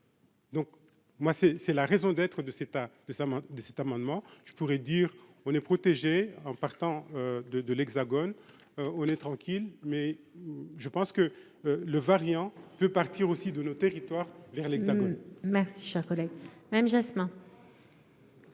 Donc, moi, c'est, c'est la raison d'être de cette de sa main, cet amendement, je pourrais dire : on est protégé en partant de de l'Hexagone, on est tranquille, mais je pense que le variant peut partir aussi de nos territoires vers l'Hexagone. Merci, cher collègue